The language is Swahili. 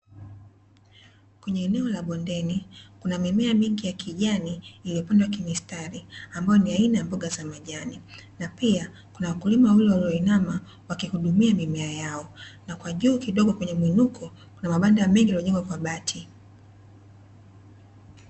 Kwenye eneo la bondeni kuna mimea mingi ya kijani iliyopandwa kimstari, ambayo ni aina ya mboga za majani, na pia kuna wakulima wawili walioinama wakihudumia mimea yao, na kwa juu kidogo kwenye miinuko kuna mabanda mengi yaliyojengwa kwa bati.